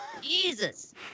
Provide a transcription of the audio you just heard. Jesus